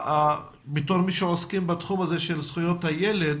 בתור מי שעוסקים בתחום הזה של זכויות הילד,